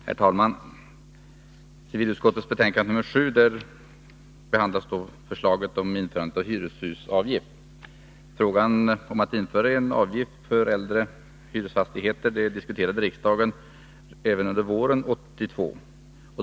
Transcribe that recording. Herr talman! I civilutskottets betänkande nr 7 behandlas förslaget om införande av en hyreshusavgift. Frågan om att införa en avgift för äldre hyresfastigheter diskuterade riksdagen även under våren 1982.